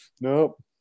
Nope